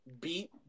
beat